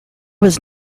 was